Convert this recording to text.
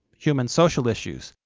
human social issues.